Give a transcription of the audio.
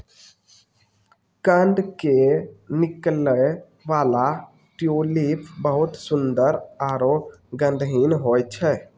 कंद के निकलै वाला ट्यूलिप बहुत सुंदर आरो गंधहीन होय छै